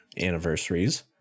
anniversaries